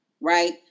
right